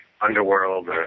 Underworld